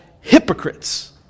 hypocrites